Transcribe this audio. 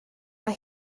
mae